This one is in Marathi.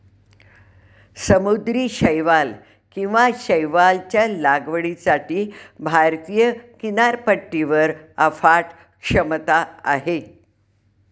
समुद्री शैवाल किंवा शैवालच्या लागवडीसाठी भारतीय किनारपट्टीवर अफाट क्षमता आहे